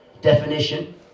definition